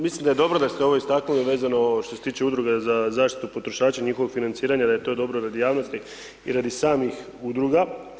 Mislim da je dobro da ste ovo istaknuli vezano ovo što se tiče udruga za zaštitu potrošača i njihovog financiranja, da je to dobro radi javnosti i radi samih udruga.